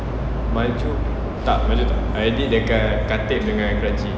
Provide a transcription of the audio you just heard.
maju tak maju tak I did dekat khatib dengan kranji